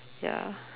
ya